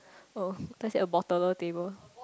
oh that's a bottler table